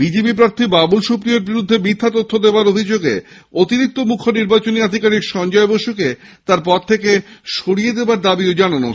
BJP প্রার্থী বাবুল সুপ্রিয়োর বিরুদ্ধে মিথ্যা তথ্য দেওয়ার জন্যে অতিরিক্ত মুখ্য নির্বাচনী আধিকারিক সঞ্জয় বসুকে তার পদ থেকে সরিয়ে দেওয়ার দাবিও জানান হয়